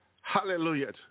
hallelujah